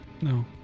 No